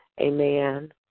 Amen